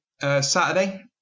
Saturday